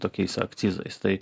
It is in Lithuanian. tokiais akcizais tai